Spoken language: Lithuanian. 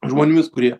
žmonėmis kurie